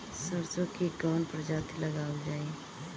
सरसो की कवन प्रजाति लगावल जाई?